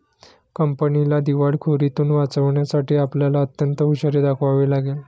कंपनीला दिवाळखोरीतुन वाचवण्यासाठी आपल्याला अत्यंत हुशारी दाखवावी लागेल